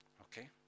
Okay